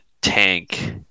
tank